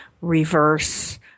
reverse